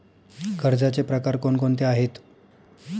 कर्जाचे प्रकार कोणकोणते आहेत?